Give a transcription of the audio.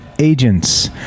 Agents